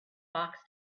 box